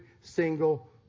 single